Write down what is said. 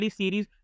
series